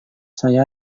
saya